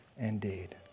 Indeed